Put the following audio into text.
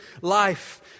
life